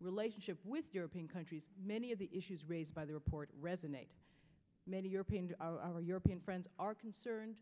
relationship with european countries many of the issues raised by the report resonate many europeans our european friends are concerned